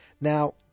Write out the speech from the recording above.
Now